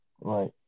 Right